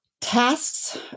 tasks